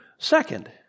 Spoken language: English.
Second